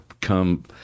come